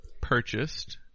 purchased